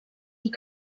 die